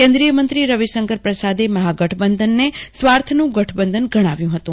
કેન્દ્રીય મંત્રી રવિશંકર પ્રસાદે મહાગઠબંધનને સ્વાર્થનું ગઠબંધન ગણાવ્યું હતું